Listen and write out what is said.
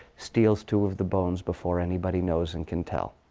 steals two of the bones before anybody knows and can tell.